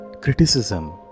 Criticism